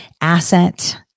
asset